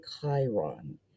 Chiron